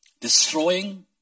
destroying